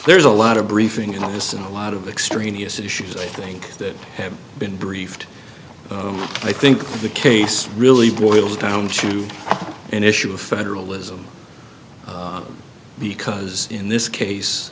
there's a lot of briefing on this in a lot of extraneous issues i think that have been briefed i think the case really boils down to an issue of federalism because in this case